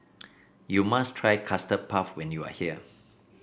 you must try Custard Puff when you are here